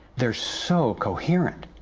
they're so coherent!